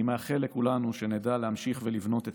אני מאחל לכולנו שנדע להמשיך לבנות את